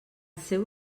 seu